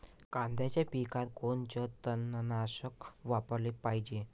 कांद्याच्या पिकात कोनचं तननाशक वापराले पायजे?